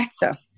better